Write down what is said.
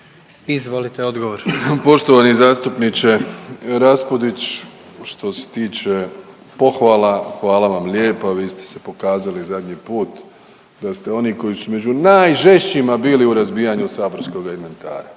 Andrej (HDZ)** Poštovani zastupniče Raspudić, što se tiče pohvala hvala vam lijepa, vi ste se pokazali zadnji put da ste oni koji su među najžešćima bili u razbijanju saborskoga inventara,